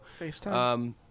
FaceTime